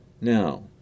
Now